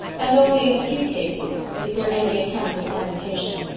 and only in a few cases is there any attempt at ornamentation.